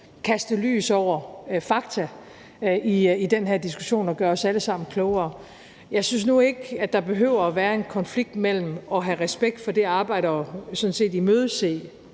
kaste lys over fakta i den her diskussion og gøre os alle sammen klogere. Jeg synes nu ikke, at der behøver at være en konflikt mellem det at have respekt for det arbejde og sådan set imødese